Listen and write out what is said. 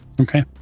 Okay